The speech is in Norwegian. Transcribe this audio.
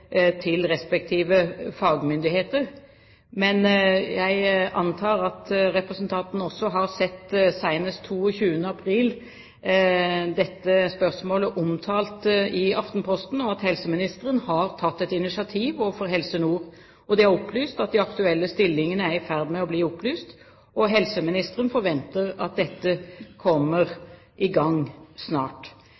til de respektive fagmyndigheter. Men jeg antar at representanten også har sett, senest 22. april, dette spørsmålet omtalt i Aftenposten, og at helseministeren har tatt et initiativ overfor Helse Nord. Det er opplyst at de aktuelle stillingene er i ferd med å bli utlyst. Helseministeren «forventer at dette kommer